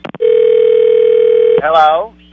Hello